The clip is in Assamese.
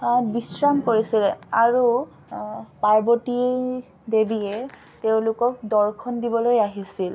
বিশ্ৰাম কৰিছিলে আৰু পাৰ্বতী দেৱীয়ে তেওঁলোকক দৰ্শন দিবলৈ আহিছিল